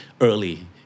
early